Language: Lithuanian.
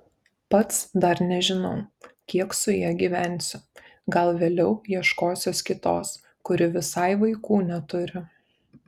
pats dar nežinau kiek su ja gyvensiu gal vėliau ieškosiuosi kitos kuri visai vaikų neturi